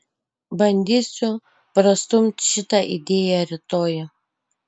bandysiu prastumt šitą idėją rytoj